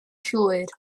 llwyr